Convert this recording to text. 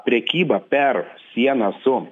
prekyba per sieną su